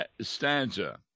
stanza